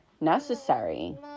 necessary